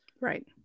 right